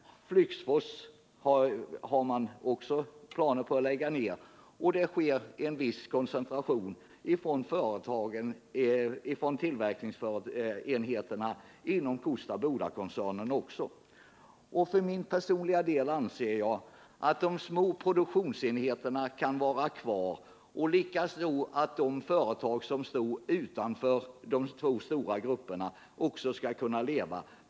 Flygsfors har man också planer på att lägga ned, och det sker en viss koncentration från tillverkningsenheterna inom Kosta-Boda-koncernen också. För min personliga del anser jag att de små produktionsenheterna kan vara kvar och likaså att de företag som står utanför de två stora grupperna också skall kunna leva.